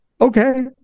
okay